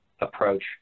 approach